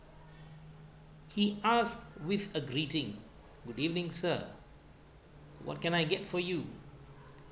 he asked with a greeting good evening sir what can I get for you